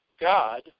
God